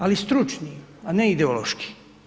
Ali stručni a ne ideološki.